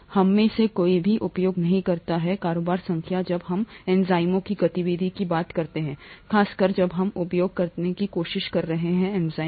हममें से कोई भी उपयोग नहीं करता है कारोबार संख्या जब हम एंजाइमों की गतिविधि की बात करते हैं खासकर जब हम उपयोग करने की कोशिश कर रहे हैं एंजाइमों